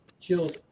chills